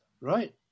right